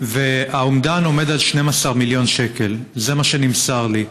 האומדן הוא 12 מיליון שקל, זה מה שנמסר לי.